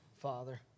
Father